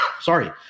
Sorry